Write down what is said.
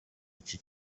iki